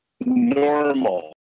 normal